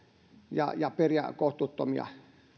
ja ja periä kohtuuttomia